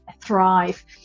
thrive